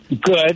Good